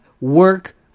work